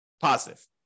positive